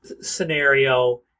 scenario